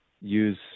use